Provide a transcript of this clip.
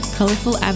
Colorful